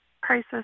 crisis